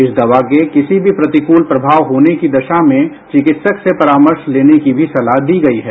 इस दवाके किसी भी प्रतिकूल प्रभाव होने की दशा में चिकित्सक से भी परामर्श लेने की सलाह दीगई है